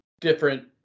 different